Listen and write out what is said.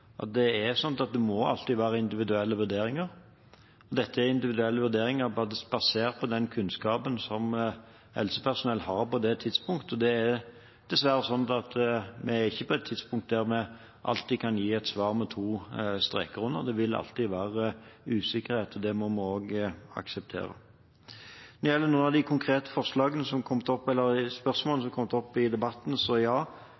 må være individuelle vurderinger. Dette er individuelle vurderinger basert på den kunnskapen som helsepersonell har på det tidspunktet. Da er det dessverre sånn at dette ikke er et tidspunkt da vi alltid kan gi et svar med to streker under. Det vil alltid være usikkerhet, og det må vi også akseptere. Når det gjelder noen av de konkrete spørsmålene som har kommet fram i debatten: Ja,